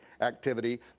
activity